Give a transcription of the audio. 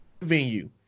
venue